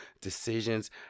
decisions